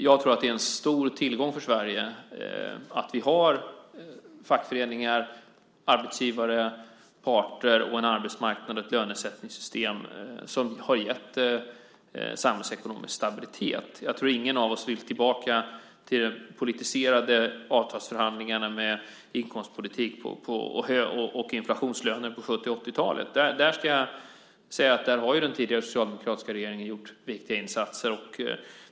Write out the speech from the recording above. Jag tror att det är en stor tillgång för Sverige att vi har fackföreningar och arbetsgivarparter samt en arbetsmarknad och ett lönesättningssystem som gett samhällsekonomisk stabilitet. Jag tror inte att någon av oss vill tillbaka till de politiserade avtalsförhandlingarna och till den inkomstpolitik och de inflationslöner som vi hade på 1970 och 1980-talen. Där har, vill jag säga, den tidigare socialdemokratiska regeringen gjort viktiga insatser.